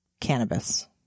Cannabis